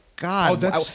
God